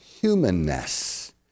humanness